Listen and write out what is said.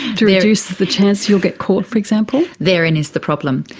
to reduce the chance you'll get caught, for example? therein is the problem.